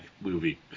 movie